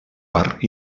part